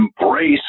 embrace